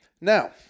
Now